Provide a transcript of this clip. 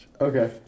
okay